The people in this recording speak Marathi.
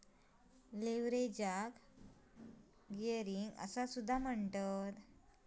लीव्हरेजाक गियरिंग असो सुद्धा म्हणतत